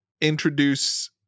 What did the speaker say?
introduce